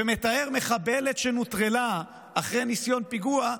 ומתאר מחבלת שנוטרלה אחרי ניסיון פיגוע,